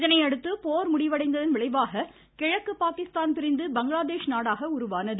இதனையடுத்து போர் முடிவடைந்ததன் விளைவாக கிழக்கு பாகிஸ்தான் பிரிந்து பங்களாதேஷ் நாாக உருவானது